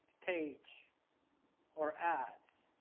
page or ads.